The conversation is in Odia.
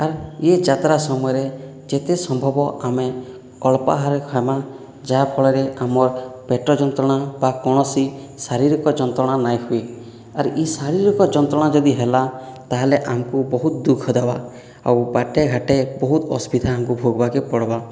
ଆର୍ ଏ ଯାତ୍ରା ସମୟରେ ଯେତେ ସମ୍ଭବ ଆମେ ଅଳ୍ପ ଆହାର ଖାଇବା ଯାହାଫଳରେ ଆମର ପେଟ ଯନ୍ତ୍ରଣା ବା କୌଣସି ଶାରୀରିକ ଯନ୍ତ୍ରଣା ନାହିଁ ହୁଏ ଆର୍ ଏହି ଶାରୀରିକ ଯନ୍ତ୍ରଣା ଯଦି ହେଲା ତା' ହେଲେ ଆମକୁ ବହୁତ ଦୁଃଖ ଦେବା ଆଉ ବାଟେ ଘାଟେ ବହୁତ ଅସୁବିଧା ଆମକୁ ଭୋଗିବାକୁ ପଡ଼ିବ